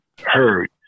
heard